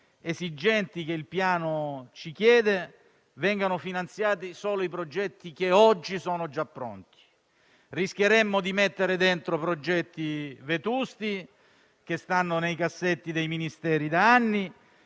esigenti che il Piano ci chiede, vengano finanziati solo i progetti oggi già pronti. Rischieremmo di mettere dentro progetti vetusti, che stanno nei cassetti dei Ministeri da anni,